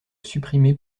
supprimées